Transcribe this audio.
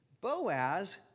Boaz